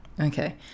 Okay